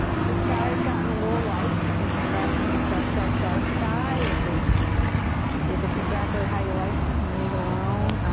if you're sky's gotten a little light, you can come back in with dark, dark, dark sky. if it's if it's exactly how you like it then you can leave it alone.